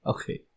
Okay